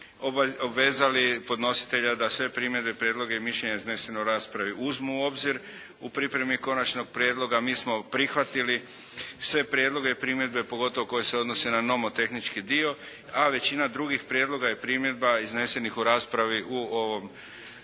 obvezali podnositelja da sve primjedbe, prijedloge i mišljenja iznesene u raspravi uzmu u obzir. U pripremi Konačnog prijedloga mi smo prihvatili sve prijedloge i primjedbe pogotovo koje se odnose na nomotehnički dio, a većina drugih prijedloga i primjedba iznesenih u raspravi u ovom